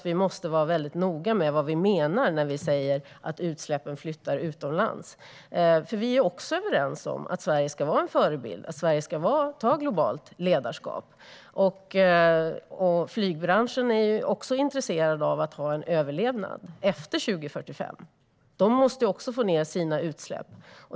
Vi måste vara noga med vad vi menar när vi säger att utsläppen flyttar utomlands, för vi är också överens om att Sverige ska vara en förebild och ta globalt ledarskap. Flygbranschen är också intresserad av en överlevnad efter 2045. Den måste också få ned sina utsläpp.